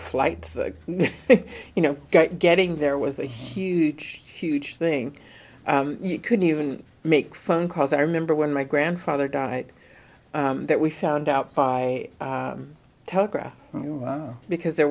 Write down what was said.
flights you know getting there was a huge huge thing you couldn't even make phone calls i remember when my grandfather died that we found out by telegraph because there